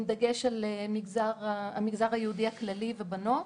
עם דגש על המגזר היהודי הכללי ובנות.